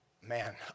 Man